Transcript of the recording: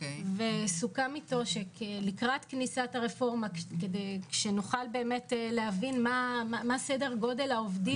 וסוכם איתו שלקראת כניסת הרפורמה כשנוכל להבין מה סדר גודל העובדים.